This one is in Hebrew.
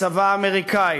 בצבא האמריקני,